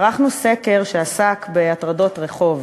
ערכנו סקר שעסק בהטרדות רחוב,